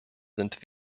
sind